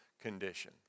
condition